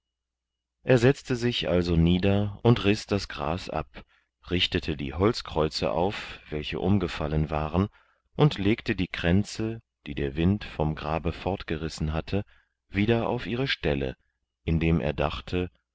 er setzte sich also nieder und riß das gras ab richtete die holzkreuze auf welche umgefallen waren und legte die kränze die der wind vom grabe fortgerissen hatte wieder auf ihre stelle indem er dachte